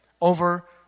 over